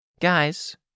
Guys